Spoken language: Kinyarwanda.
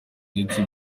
ndetse